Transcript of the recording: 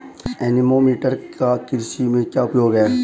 Anemometer का कृषि में क्या उपयोग है?